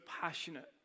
passionate